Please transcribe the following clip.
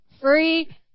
free